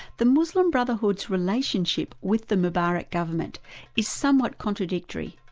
the muslim brotherhood's relationship with the mubarak government is somewhat contradictory.